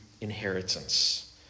inheritance